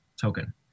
token